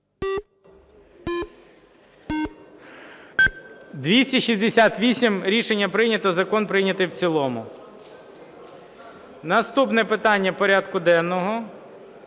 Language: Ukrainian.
За-268 Рішення прийнято. Закон прийнятий в цілому. Наступне питання порядку денного